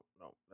no